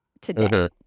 today